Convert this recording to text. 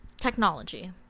Technology